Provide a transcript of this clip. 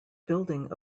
building